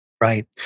Right